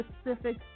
specific